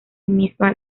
misma